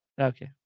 Okay